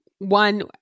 One